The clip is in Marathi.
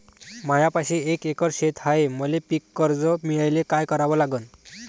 मायापाशी एक एकर शेत हाये, मले पीककर्ज मिळायले काय करावं लागन?